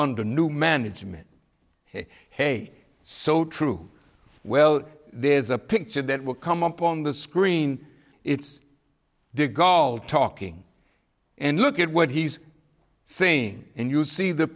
under new management hey hey so true well there's a picture that will come up on the screen it's dick gold talking and look at what he's saying and you see the